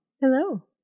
Hello